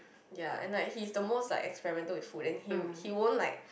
ya and like he's the most like experimental with food and he he won't like